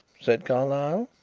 said carlyle.